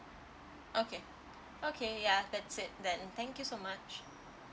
okay okay yeah that's it then thank you so much